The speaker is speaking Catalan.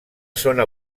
zona